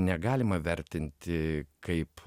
negalima vertinti kaip